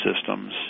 systems